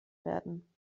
werden